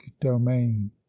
domain